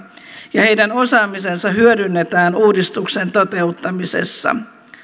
ja heidän osaamisensa hyödynnetään uudistuksen toteuttamisessa